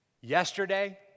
yesterday